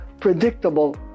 predictable